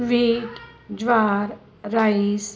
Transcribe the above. वीट jowar rice